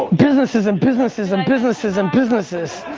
businesses and businesses and businesses and businesses.